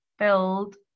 build